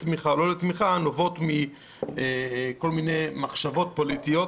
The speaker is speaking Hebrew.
לתמיכה או לא לתמיכה, נובעות ממחשבות פוליטיות